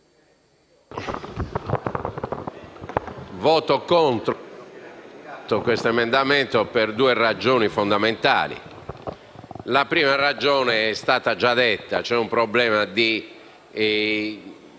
voterò contro questo emendamento per due ragioni fondamentali. La prima ragione è stata già detta: c'è un problema di